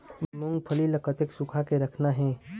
मूंगफली ला कतक सूखा के रखना हे?